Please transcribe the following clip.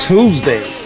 Tuesday